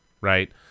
right